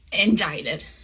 indicted